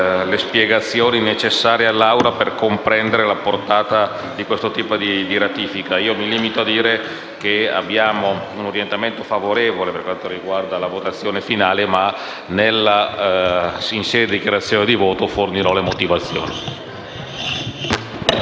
le spiegazioni necessarie all'Assemblea per comprendere la portata di questa ratifica. Mi limito a dire che abbiamo un orientamento favorevole per quanto riguarda la votazione finale e in sede di dichiarazione di voto fornirò le motivazioni.